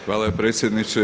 Hvala predsjedniče.